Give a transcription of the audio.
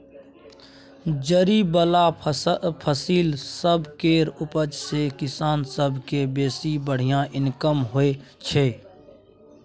जरि बला फसिल सब केर उपज सँ किसान सब केँ बेसी बढ़िया इनकम होइ छै